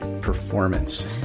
performance